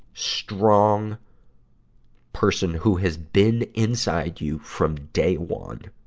strong person who has been inside you from day one.